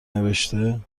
نوشته